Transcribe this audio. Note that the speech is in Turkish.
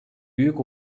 büyük